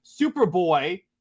Superboy